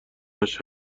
همش